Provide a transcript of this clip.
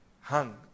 hung